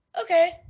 okay